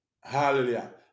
Hallelujah